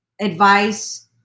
advice